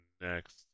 next